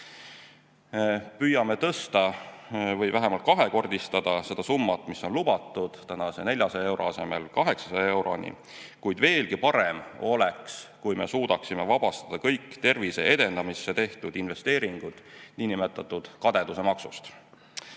Püüame tõsta või vähemalt kahekordistada seda summat, mis on lubatud: tänase 400 euro asemel 800 eurot. Kuid veelgi parem oleks, kui me suudaksime vabastada kõik tervise edendamisse tehtud investeeringud niinimetatud kadeduse maksust. Samuti